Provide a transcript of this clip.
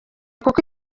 kuko